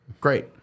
Great